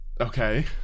Okay